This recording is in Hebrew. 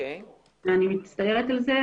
אני מצטערת על זה.